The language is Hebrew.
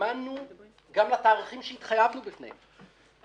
האמנו בו, גם לתאריכים שהתחייבנו לגביהם.